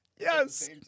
Yes